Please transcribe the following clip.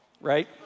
right